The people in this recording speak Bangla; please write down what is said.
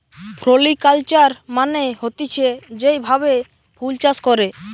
ফ্লোরিকালচার মানে হতিছে যেই ভাবে ফুল চাষ করে